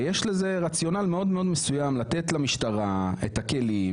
הרי יש רציונל מאוד מאוד מסוים לתת למשטרה את הכלים,